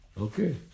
Okay